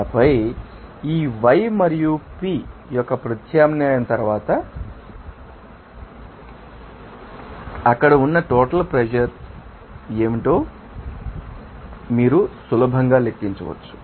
ఆపై ఈ yi మరియు Piv యొక్క ప్రత్యామ్నాయం తరువాత అవి అక్కడ ఉన్న టోటల్ ప్రెషర్ ఏమిటో మీరు సులభంగా లెక్కించవచ్చు